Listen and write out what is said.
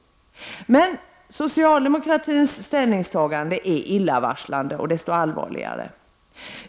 Socialdemokratins ställningstagande är illavarslande och desto allvarligare.